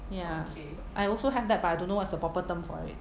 ya I also have that but I don't know what's the proper term for it